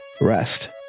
Rest